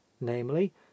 namely